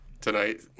tonight